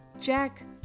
Jack